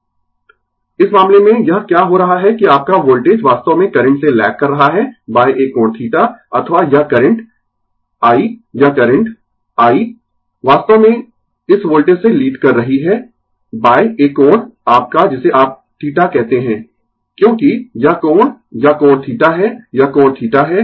Refer Slide Time 2219 इस मामले में यह क्या हो रहा है कि आपका वोल्टेज वास्तव में करंट से लैग कर रहा है एक कोण θ अथवा यह करंट I यह करंट I वास्तव में इस वोल्टेज से लीड कर रही है एक कोण आपका जिसे आप θ कहते है क्योंकि यह कोण यह कोण θ है यह कोण θ है